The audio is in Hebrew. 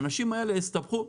האנשים האלה הסתבכו.